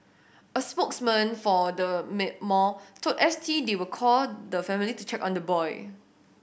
a spokesman for the mad mall told S T they will call the family to check on the boy